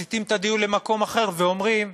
מסיטים את הדיון למקום אחר ואומרים: